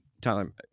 Tyler